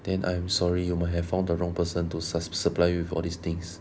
then I'm sorry you might have found the wrong person to sus~ supply you with all these things